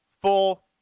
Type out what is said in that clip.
full